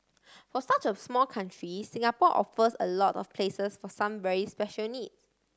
for such a small country Singapore offers a lot of places for some very special needs